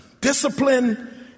Discipline